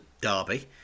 Derby